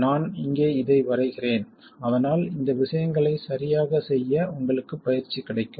நான் இங்கே இதை வரைகிறேன் அதனால் இந்த விஷயங்களைச் சரியாகச் செய்ய உங்களுக்கு பயிற்சி கிடைக்கும்